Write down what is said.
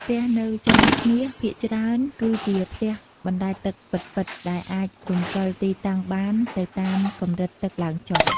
ផ្ទះនៅ ចុងឃ្នាស ភាគច្រើនគឺជាផ្ទះអណ្ដែតទឹកពិតៗ ដែលអាចរំកិលទីតាំងបានទៅតាមកម្រិតទឹកឡើងចុះ។